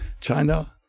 China